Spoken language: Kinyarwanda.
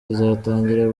izatangira